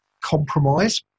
compromise